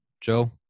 Joe